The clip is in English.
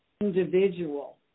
individual